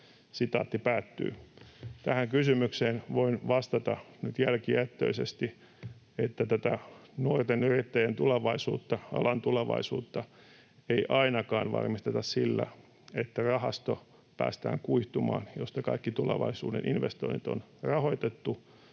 nuorille?” Tähän kysymykseen voin vastata nyt jälkijättöisesti, että tätä nuorten yrittäjien tulevaisuutta, alan tulevaisuutta, ei varmisteta ainakaan sillä, että päästetään kuihtumaan rahasto, josta kaikki tulevaisuuden investoinnit on rahoitettu